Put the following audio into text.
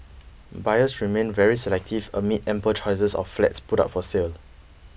buyers remain very selective amid ample choices of flats put up for sale